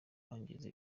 kwangiza